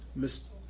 ms.